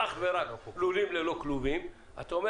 זה מכסה אך ורק לשנת 2021. זה חוסר הבנה.